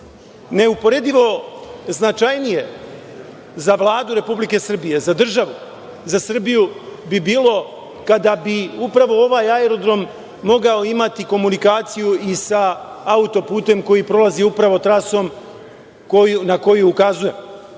Neuporedivo značajnije za Vladu Republike Srbije, za državu, za Srbiju bi bilo kada bi upravo ovaj aerodrom mogao imati komunikaciju i sa autoputem koji prolazi upravo trasom na koju ukazujemo. Imajući